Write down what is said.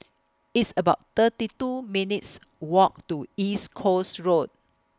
It's about thirty two minutes' Walk to East Coast Road